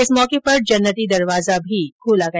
इस मौके पर जन्नती दरवाजा भी खोला गया